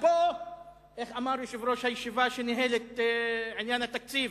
איך אמר יושב-ראש הישיבה, שניהל את עניין התקציב?